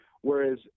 Whereas